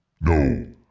No